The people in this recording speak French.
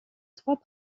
trois